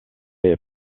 est